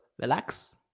relax